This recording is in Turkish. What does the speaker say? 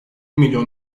milyon